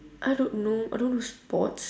I don't know I don't do sports